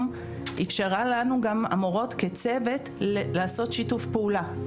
אפשרה לנו גם המורות כצוות לעשות שיתוף פעולה.